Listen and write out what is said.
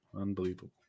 Unbelievable